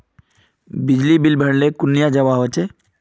बिजली बिल भरले कुनियाँ जवा होचे?